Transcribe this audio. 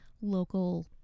local